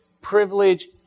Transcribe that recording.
privilege